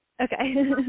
Okay